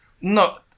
No